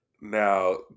Now